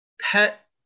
pet